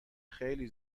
خیلی